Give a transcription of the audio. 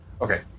Okay